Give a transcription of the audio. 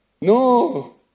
no